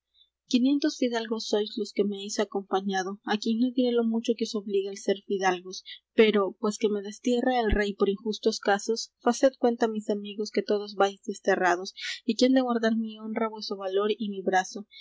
quinientos fidalgos sois los que me heis acompañado á quien no diré lo mucho que os obliga el ser fidalgos pero pues que me destierra el rey por injustos casos faced cuenta mis amigos que todos vais desterrados y que han de guardar mi honra vueso valor y mi brazo